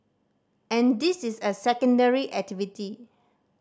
and this is a secondary activity